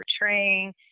portraying